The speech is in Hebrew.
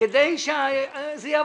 כדי שזה יעבור.